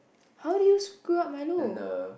how do you screw up milo